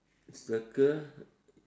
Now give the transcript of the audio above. circle